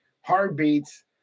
heartbeats